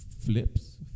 Flips